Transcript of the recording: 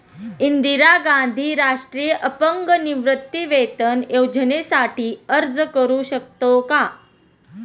इंदिरा गांधी राष्ट्रीय अपंग निवृत्तीवेतन योजनेसाठी अर्ज करू शकतो का?